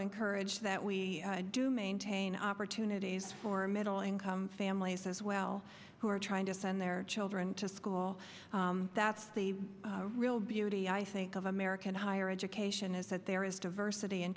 encourage that we do maintain opportunities for middle income families as well who are trying to send their children to school that's the real beauty i think of american higher education is that there is diversity